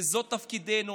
וזה תפקידנו.